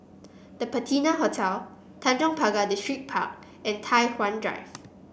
The Patina Hotel Tanjong Pagar Distripark and Tai Hwan Drive